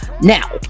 Now